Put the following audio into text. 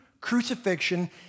crucifixion